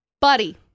Buddy